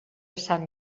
sant